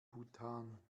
bhutan